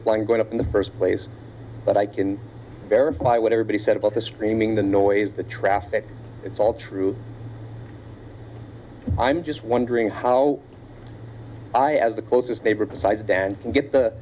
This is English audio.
was going to in the first place but i can verify what everybody said about the screaming the noise the traffic it's all true i'm just wondering how i as the closest neighbor besides dan can get the